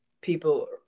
people